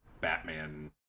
Batman